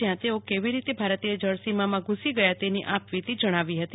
જ્યાં તેઓ કેવી રીતે ભારતીય જળસીમામાં ધુસી ગયા તેની આપવીતી જણાવી હતી